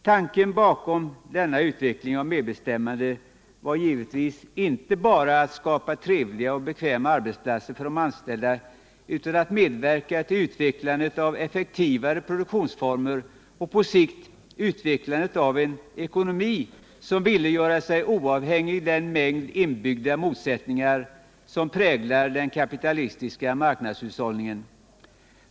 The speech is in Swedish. Tanken bakom denna utveckling av medbestämmande var givetvis inte bara att skapa trevliga och bekväma arbetsplatser för de anställda utan att medverka till utvecklandet av effektivare produktionsformer och på sikt utvecklandet av en ekonomi som ville göra sig oavhängig av den mängd inbyggda motsättningar som präglar den kapitalistiska marknadshushållningen.